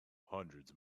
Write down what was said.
hundreds